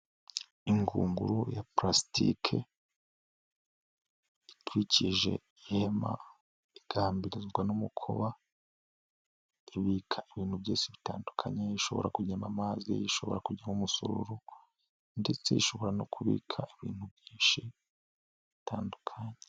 Ingunguru ya purastike itwikije ihema igahambirizwa n'umukoba, ibika ibintu byose bitandukanye ishobora kujyamo amazi, ishobora kujyamo umusururu ndetse ishobora no kubika ibintu byinshi bitandukanye.